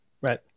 Right